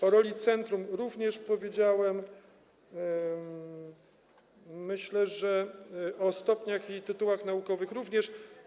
O roli centrum również powiedziałem, myślę, że o stopniach i tytułach naukowych również.